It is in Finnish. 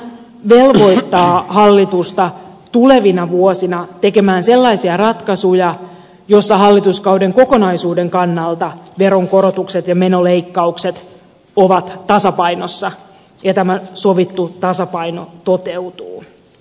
tämä velvoittaa hallitusta tulevina vuosina tekemään sellaisia ratkaisuja joissa hallituskauden kokonaisuuden kannalta veronkorotukset ja menoleikkaukset ovat tasapainossa ja tämä sovittu tasapaino toteutuu